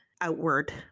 outward